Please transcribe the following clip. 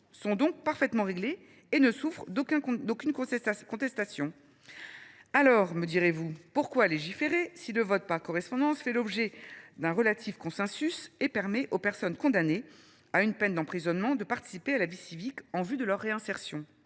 sont donc parfaitement réglées et ne souffrent aucune contestation. Dès lors, me direz vous, pourquoi légiférer si le vote par correspondance fait l’objet d’un relatif consensus et permet aux personnes condamnées à une peine d’emprisonnement de participer à la vie civique en vue de leur réinsertion ?